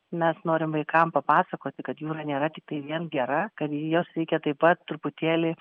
mes norim vaikams papasakoti kad jūra nėra tiktai vien gera kad jos reikia taip pat truputėlį